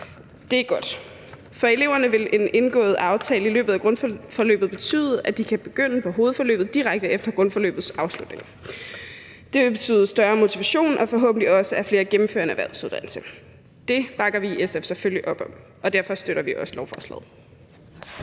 Det er godt. For eleverne vil en indgået aftale i løbet af grundforløbet betyde, at de kan begynde på hovedforløbet direkte efter grundforløbets afslutning. Det vil betyde større motivation og forhåbentlig også, at flere gennemfører en erhvervsuddannelse. Det bakker vi i SF selvfølgelig op om, og derfor støtter vi også lovforslaget.